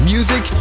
Music